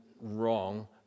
wrong